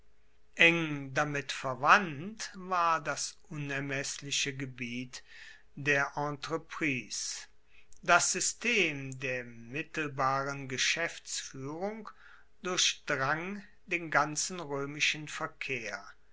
eng damit verwandt war das unermessliche gebiet der entreprise das system der mittelbaren geschaeftsfuehrung durchdrang den ganzen roemischen verkehr